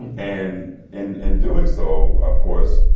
and in in doing so, of course,